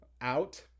out